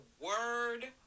word